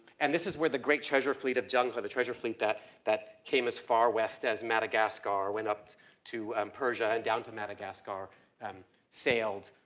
and this is where the great treasure fleet of zheng he. the treasure fleet that, that came as far west as madagascar, went up to to um persia and down to madagascar and sailed.